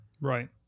right